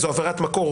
זו עבירת מקור,